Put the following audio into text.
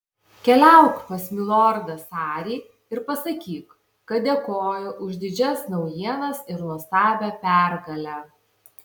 keliauk pas milordą sarį ir pasakyk kad dėkoju už didžias naujienas ir nuostabią pergalę